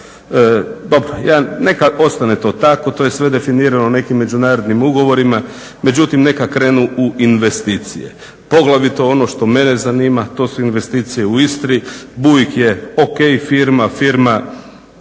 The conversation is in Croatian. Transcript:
Dobro, neka ostane to tako. To je sve definirano nekim međunarodnim ugovorima, međutim neka krenu u investicije. Poglavito ono što mene zanima to su investicije u Istri. Bouygues je o.k. firma, firma